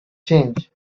change